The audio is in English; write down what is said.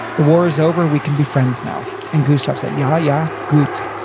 the war is over, we can be friends now. and gustav said, yah, yah. gut.